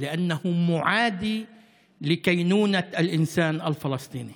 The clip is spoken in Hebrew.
היחס אליו הוא כאל איום דמוגרפי ופצצה מתקתקת.